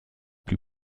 plus